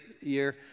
year